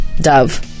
Dove